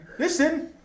Listen